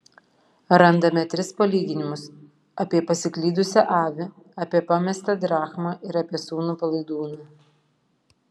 randame tris palyginimus apie pasiklydusią avį apie pamestą drachmą ir apie sūnų palaidūną